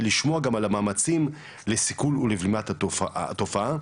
ולשמוע גם על המאמצים לסיכול ולבלימת התופעה.